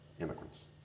immigrants